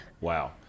Wow